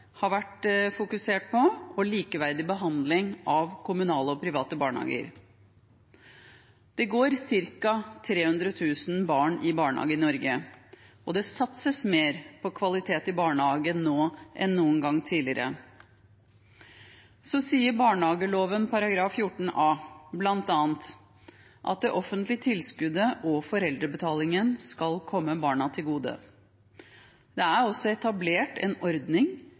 har vært fokusert på og likeverdig behandling av kommunale og private barnehager. Det går ca. 300 000 barn i barnehage i Norge, og det satses mer på kvalitet i barnehagen nå enn noen gang tidligere. Så sier barnehageloven § 14 a bl.a. at det offentlige tilskuddet og foreldrebetalingen skal komme barna til gode. Det er også etablert en ordning